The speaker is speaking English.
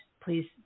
please